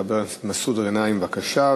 חבר הכנסת מסעוד גנאים, בבקשה.